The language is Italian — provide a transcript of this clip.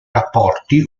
rapporti